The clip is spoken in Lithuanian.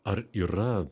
ar yra